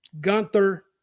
Gunther